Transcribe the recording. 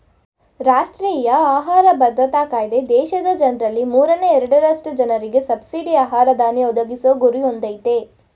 ರಾಷ್ಟ್ರೀಯ ಆಹಾರ ಭದ್ರತಾ ಕಾಯ್ದೆ ದೇಶದ ಜನ್ರಲ್ಲಿ ಮೂರನೇ ಎರಡರಷ್ಟು ಜನರಿಗೆ ಸಬ್ಸಿಡಿ ಆಹಾರ ಧಾನ್ಯ ಒದಗಿಸೊ ಗುರಿ ಹೊಂದಯ್ತೆ